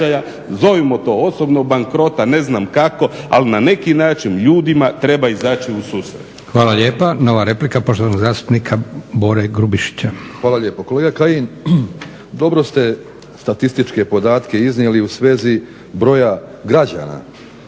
zovimo to osobnog bankrota, ne znam kako ali na neki način ljudima treba izaći u susret. **Leko, Josip (SDP)** Hvala lijepa. Nova replika poštovanog zastupnika Bore Grubišića. **Grubišić, Boro (HDSSB)** Hvala lijepo. Kolega Kajin, dobro ste statističke podatke iznijeli u svezi broja građana